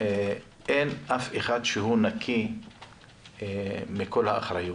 אין אף אחד שהוא נקי מכל האחריות